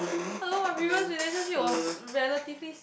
I know my previous relationship was relatively